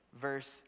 verse